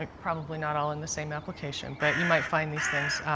ah probably not all in the same application, but you might find these things.